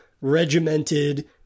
regimented